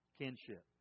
kinship